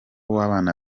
w’abana